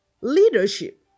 Leadership